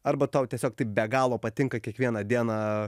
arba tau tiesiog taip be galo patinka kiekvieną dieną